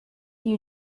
you